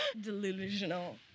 delusional